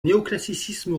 néoclassicisme